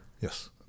yes